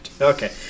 Okay